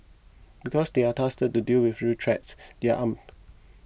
because they are tasked to deal with real threats they are armed